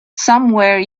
somewhere